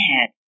head